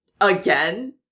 again